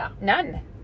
none